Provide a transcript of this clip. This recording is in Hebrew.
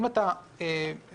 כיוון